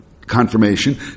confirmation